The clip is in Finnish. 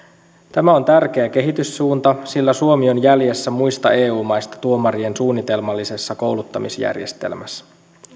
tämä on tärkeä kehityssuunta sillä suomi on jäljessä muista eu maista tuomarien suunnitelmallisessa kouluttamisjärjestelmässä